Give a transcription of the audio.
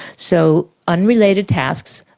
so unrelated tasks,